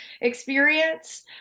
experience